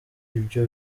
ibyo